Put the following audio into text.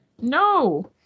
No